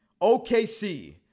...OKC